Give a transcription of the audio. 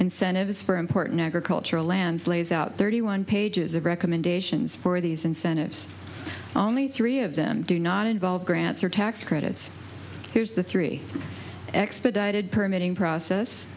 incentives for important agricultural lands lays out thirty one pages of recommendations for these incentives only three of them do not involve grants or tax credits here's the three x dieted permitting process